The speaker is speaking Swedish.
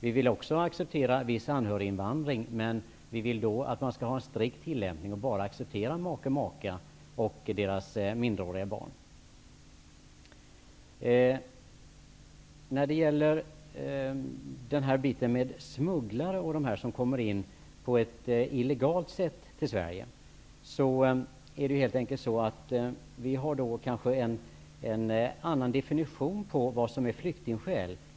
Vi vill också acceptera viss anhöriginvandring. Men då vill vi att man skall ha en strikt tillämpning och bara acceptera make, maka och deras minderåriga barn. När det gäller smugglare och dem som kommer till Sverige illegalt, har vi kanske en annan defini tion på vad som är flyktingskäl.